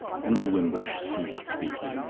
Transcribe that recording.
henry wimbush ceased speaking.